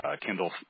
Kindle